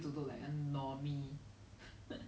so they discuss about the girls is it